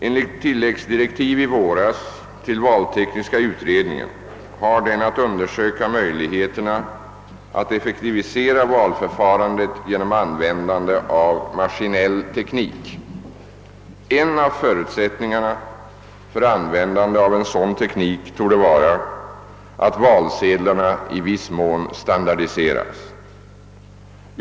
Enligt tilläggsdirektiv i våras till valtekniska utredningen har denna att undersöka möjligheterna att effektivisera valförfarandet genom användande av maskinell teknik. En av förutsättningarna för användande av en sådan teknik torde vara att valsedlarna i viss mån standardiseras.